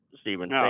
Stephen